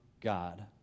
God